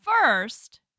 first